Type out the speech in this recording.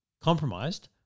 compromised